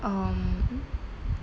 um